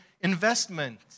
investment